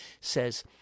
says